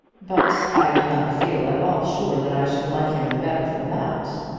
but i do not feel at all sure that i should like him the better for that!